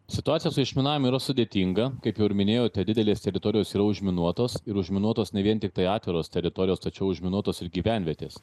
situacija su išminavimu yra sudėtinga kaip jau minėjote didelės teritorijos užminuotos ir užminuotos ne vien tiktai atviros teritorijos tačiau užminuotos ir gyvenvietės